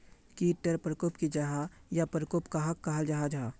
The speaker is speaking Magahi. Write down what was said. कीट टर परकोप की जाहा या परकोप कहाक कहाल जाहा जाहा?